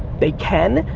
they can.